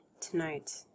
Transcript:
Tonight